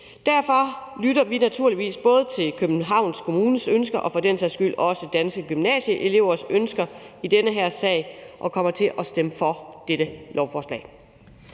Derfor lytter vi naturligvis både til Københavns Kommunes ønske og for den sags skyld også Danske Gymnasiers ønske i den her sag og kommer til at stemme for dette lovforslag.